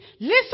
listen